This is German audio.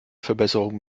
verbesserungen